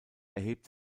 erhebt